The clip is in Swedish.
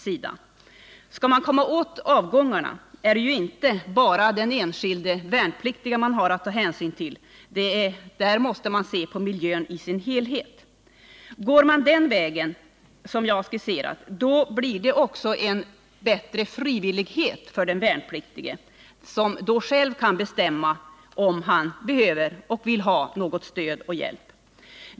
Skall man komma åt avgångarna är det ju inte bara den enskilde värnpliktige som man har att ta hänsyn till - man måste också se på miljön i dess helhet. Går man den vägen, som jag skisserat, blir det en bättre frivillighet för den värnpliktige, som då själv kan bestämma om han behöver och vill ha stöd och hjälp.